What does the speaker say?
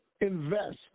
invest